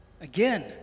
again